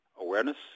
awareness